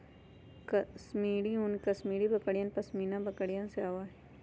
कश्मीरी ऊन कश्मीरी बकरियन, पश्मीना बकरिवन से आवा हई